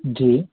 जी